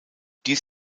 dies